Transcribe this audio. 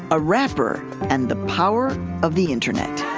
a rapper and the power of the internet